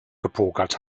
gepokert